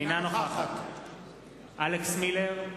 אינה נוכחת אלכס מילר,